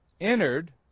entered